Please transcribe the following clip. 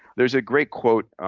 there's a great quote,